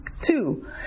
Two